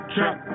Trap